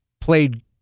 played